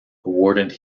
awarded